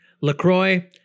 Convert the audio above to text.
LaCroix